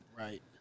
Right